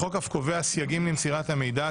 החוק אף קובע סייגים למסירת המידע,